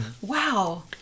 wow